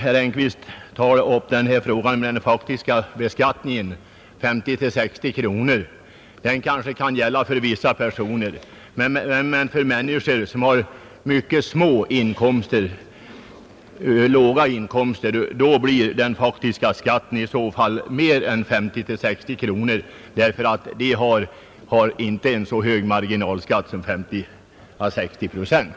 Herr Engkvist nämnde att den faktiska skatten var 50—60 kronor. Det kanske kan gälla för vissa personer. Men för människor som har låga inkomster blir den faktiska skatten mer än 50—60 kronor, därför att de inte har en så hög marginalskatt som 50—60 procent.